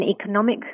economic